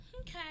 Okay